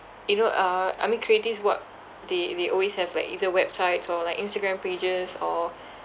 you know uh I mean creative work they they always have like either websites or like Instagram pages or